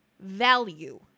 value